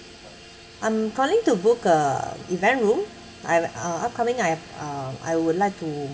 I'm calling to book a event room I'm uh upcoming I have a I would like to